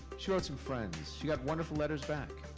she wrote some friends. she had wonderful letters back.